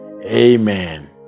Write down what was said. Amen